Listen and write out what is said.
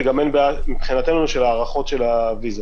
וגם אין בעיה מבחינתנו של הארכות של הוויזות.